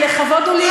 לכבוד הוא לי,